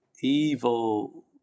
evil